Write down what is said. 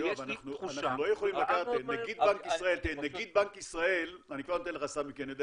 יש לי תחושה רעה מאוד מ --- אבל, תראה,